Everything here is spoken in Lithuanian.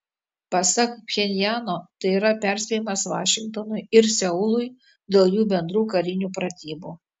pasak pchenjano tai yra perspėjimas vašingtonui ir seului dėl jų bendrų karinių pratybų